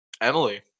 Emily